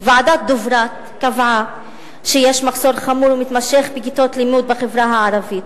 ועדת-דוברת קבעה שיש מחסור חמור ומתמשך בכיתות לימוד בחברה הערבית,